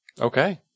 Okay